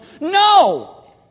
No